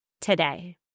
today